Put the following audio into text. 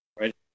right